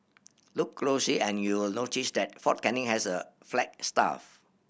look closely and you'll notice that Fort Canning has a flagstaff